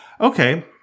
Okay